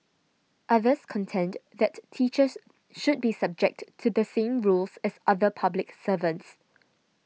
others contend that teachers should be subject to the same rules as other public servants